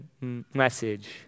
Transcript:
message